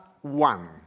one